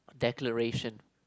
declaration